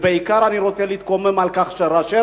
ובעיקר אני רוצה להתקומם על כך שראשי